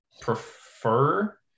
prefer –